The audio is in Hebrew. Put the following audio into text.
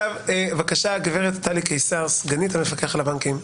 בבקשה, טלי קיסר, סגנית המפקח על הבנקים.